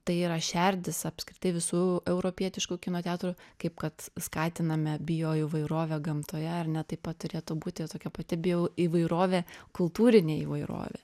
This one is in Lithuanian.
tai yra šerdis apskritai visų europietiškų kino teatrų kaip kad skatiname bioįvairovę gamtoje ar ne taip pat turėtų būti tokia pati bioįvairovė kultūrinė įvairovė